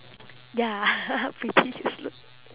ya pretty useless